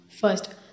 First